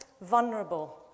vulnerable